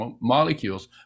molecules